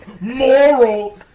moral